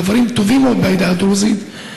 חברים טובים מאוד בעדה הדרוזית,